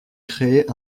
crée